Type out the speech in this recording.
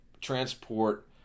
transport